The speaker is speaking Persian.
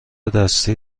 دستی